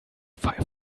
five